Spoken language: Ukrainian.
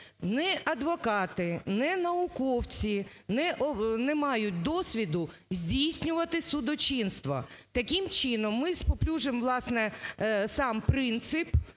Ні адвокати, ні науковці не мають досвіду здійснювати судочинство. Таким чином, ми спаплюжим, власне, сам принцип,